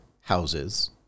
houses